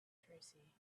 tracy